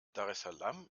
daressalam